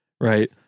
right